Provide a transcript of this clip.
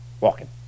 walking